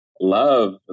love